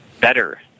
better